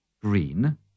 Green